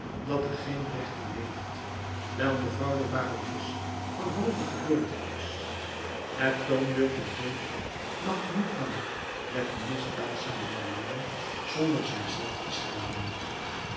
dat er geen recht toe heeft wijl mevrouw de barones van hooge geboorte is het toonbeeld der deugd mag niet langer met de misdaad samenwonen zonder zich zelf te schaden